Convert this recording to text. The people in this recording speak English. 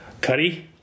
Cuddy